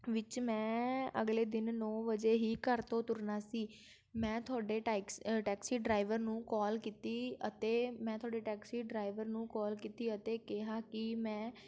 ਵਿੱਚ ਮੈਂ ਅਗਲੇ ਦਿਨ ਨੌ ਵਜੇ ਹੀ ਘਰ ਤੋਂ ਤੁਰਨਾ ਸੀ ਮੈਂ ਤੁਹਾਡੇ ਟਾਇਕਸ ਟੈਕਸੀ ਡਰਾਈਵਰ ਨੂੰ ਕੋਲ ਕੀਤੀ ਅਤੇ ਮੈਂ ਤੁਹਾਡੇ ਟੈਕਸੀ ਡਰਾਈਵਰ ਨੂੰ ਕੋਲ ਕੀਤੀ ਅਤੇ ਕਿਹਾ ਕਿ ਮੈਂ